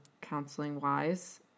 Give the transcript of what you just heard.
counseling-wise